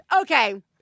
okay